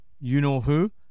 you-know-who